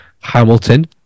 Hamilton